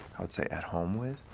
i would say, at home with,